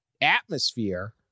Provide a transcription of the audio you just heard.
atmosphere